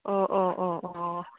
अ अ अ अ